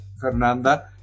Fernanda